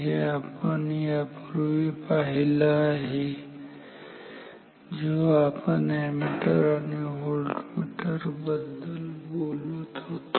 हे आपण यापूर्वी पाहिलं आहे जेव्हा आपण अॅमीटर आणि व्होल्टमीटर बद्दल बोलत होतो